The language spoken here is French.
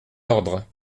ordre